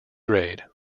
grade